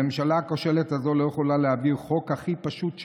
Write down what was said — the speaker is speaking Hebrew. הממשלה הכושלת הזו לא יכולה להעביר חוק הכי פשוט שיש,